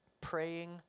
Praying